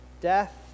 death